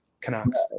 Canucks